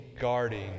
guarding